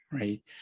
right